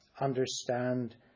understand